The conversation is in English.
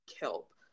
help